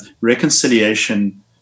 reconciliation